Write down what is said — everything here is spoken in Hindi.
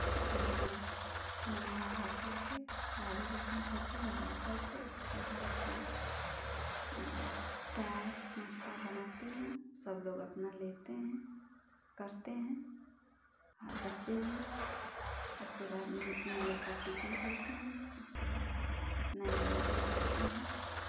नहा नहा वाहाकर के झाड़ू बर्तन करके नहाकर के उसके बाद अपना चाय नाश्ता बनाती हूँ सब लोग अपना लेते हैं करते हैं और बच्चे भी उसके बाद इन लोग का टीफिन करती हूँ उसके बाद अपना ए लोग भी जाते हैं